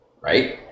Right